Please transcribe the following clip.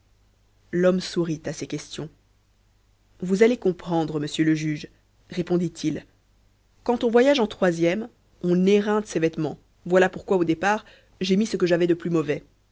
l'homme sourit à ces questions vous allez comprendre monsieur le juge répondit-il quand on voyage en troisième on éreinte ses vêtements voilà pourquoi au départ j'ai mis ce que j'avais de plus mauvais